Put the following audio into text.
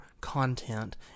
content